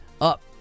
up